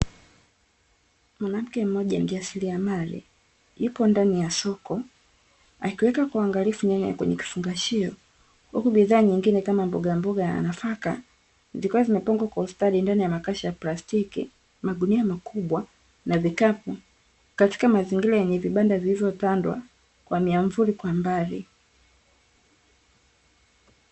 Mwanamke mmoja mjasiriamali yupo ndani ya soko akiweka kwa uangalifu nyanya kwenye kifungashio, huku bidhaa nyingine kama mbogamboga na nafaka zikiwa zimepangwa kwa ustadi ndani ya makasha ya plastiki, magunia makubwa na vikapu katika mazingira ya vibanda vilivopandwa kwa miamvuli kwa mbali.